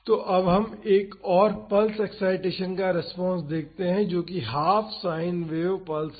तो अब हम एक और पल्स एक्साइटेसन का रेस्पॉन्स देखते हैं जो कि हाफ साइन पल्स है